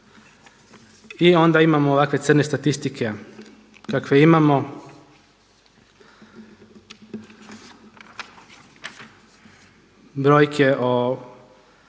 i onda imamo ovakve crne statistike kakve imamo. Brojke o